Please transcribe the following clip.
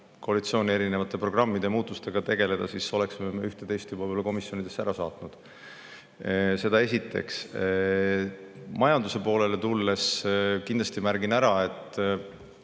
koalitsiooni erinevate programmide ja muudatustega tegeleda, siis oleksime me üht-teist juba võib-olla komisjonidesse ära saatnud. Seda esiteks. Majanduse poolele tulles märgin kindlasti ära, et